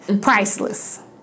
priceless